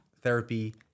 therapy